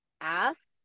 ask